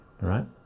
Right